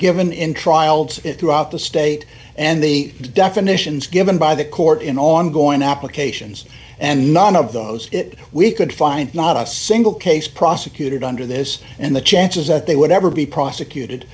given in trials throughout the state and the definitions given by the court in ongoing applications and none of those it we could find not a single case prosecuted under this and the chances that they would ever be prosecuted